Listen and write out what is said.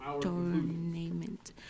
tournament